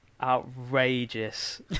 outrageous